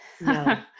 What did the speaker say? No